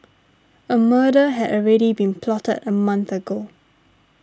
a murder had already been plotted a month ago